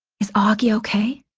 is auggie okay?